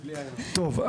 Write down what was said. טוב,